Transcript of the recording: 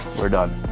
we're done